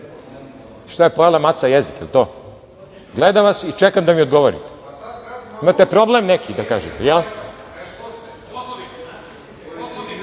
šta je – pojela maca jezik, jel to? Gledam vas i čekam da mi odgovorite, imate problem neki da kažete, jel?